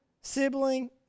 sibling